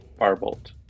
Firebolt